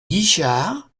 guichards